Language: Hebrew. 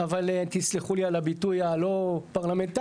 אבל תסלחו לי על הביטוי הלא פרלמנטרי.